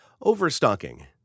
Overstocking